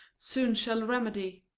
soon shall remedy.